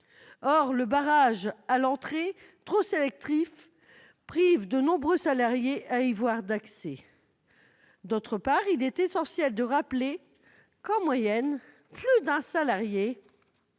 Or le barrage à l'entrée, trop sélectif, prive de nombreux salariés d'un accès à une formation. D'autre part, il est essentiel de rappeler que, en moyenne, plus un salarié